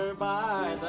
by